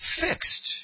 fixed